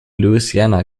louisiana